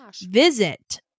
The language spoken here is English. Visit